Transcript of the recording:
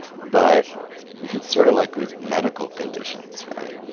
but it's sort of like with medical conditions, right?